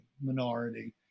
minority